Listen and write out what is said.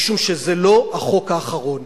משום שזה לא החוק האחרון.